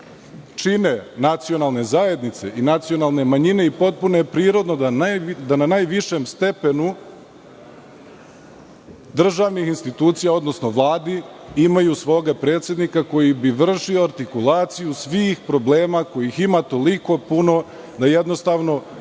čine nacionalne zajednice i nacionalne manjine. Potpuno je prirodno da na najvišem stepenu državnih institucija, odnosno Vladi imaju svoga predsednika koji bi vršio artikulaciju svih problema kojih ima toliko puno da jednostavno oni stoje